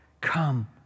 Come